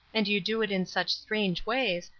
and you do it in such strange ways,